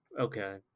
Okay